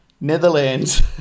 Netherlands